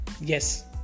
yes